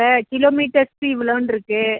இப்போ கிலோ மீட்டர்ஸ்சுக்கு இவ்வளோன்னு இருக்குது